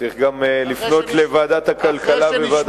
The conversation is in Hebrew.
צריך גם לפנות לוועדת הכלכלה ולוועדת הפנים.